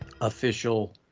official